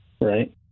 right